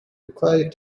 required